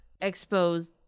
exposed